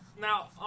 Now